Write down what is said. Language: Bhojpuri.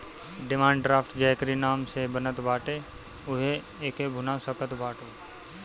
डिमांड ड्राफ्ट जेकरी नाम से बनत बाटे उहे एके भुना सकत बाटअ